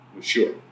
Sure